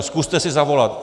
Zkuste si zavolat.